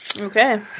Okay